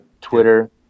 Twitter